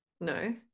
no